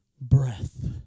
breath